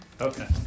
Okay